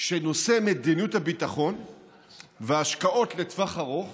שנושא מדיניות הביטחון וההשקעות לטווח ארוך